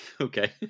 Okay